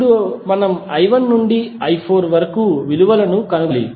ఇప్పుడు మనం i1 నుండి i4 వరకు విలువలను కనుగొనాలి